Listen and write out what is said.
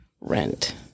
rent